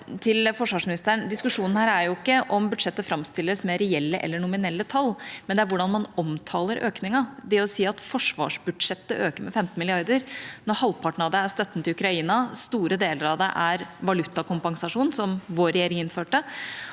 Diskusjonen her går ikke på om budsjettet framstilles med reelle eller nominelle tall, men det er hvordan man omtaler økningen. Å si at forsvarsbudsjettet øker med 15 mrd. kr, når halvparten av det er støtten til Ukraina, store deler av det er valutakompensasjon, som vår regjering innførte,